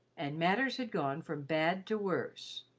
and matters had gone from bad to worse.